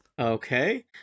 Okay